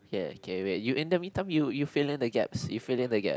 ya okay wait you in the mean time you you fill in the gaps you fill in the gap